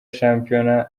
shampiyona